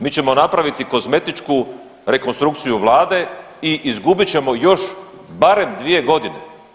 Mi ćemo napraviti kozmetičku rekonstrukciju Vlade i izgubit ćemo još barem 2 godine.